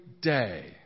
day